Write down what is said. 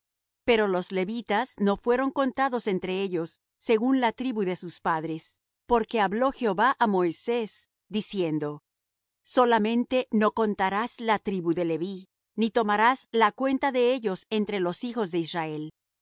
pero los levitas no fueron contados entre ellos según la tribu de sus padres porque habló jehová á moisés diciendo solamente no contarás la tribu de leví ni tomarás la cuenta de ellos entre los hijos de israel